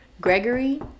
Gregory